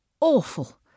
awful